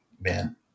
man